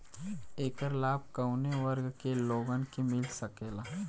ऐकर लाभ काउने वर्ग के लोगन के मिल सकेला?